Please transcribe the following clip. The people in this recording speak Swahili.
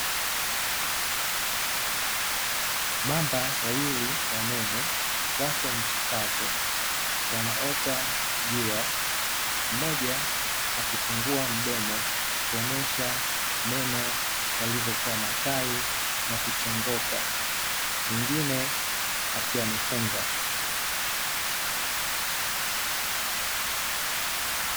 Mamba wawili wanene wako nchi kavu wanaota jua, mmoja akifungua mdomo kuonyesha meno yalivyokua makali na kuchongoka mwingine akiwa amefunga.